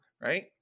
right